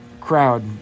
crowd